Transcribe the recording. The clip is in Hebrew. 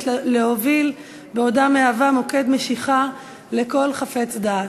להוביל בעודה מהווה מוקד משיכה לכל חפץ דעת.